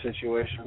situation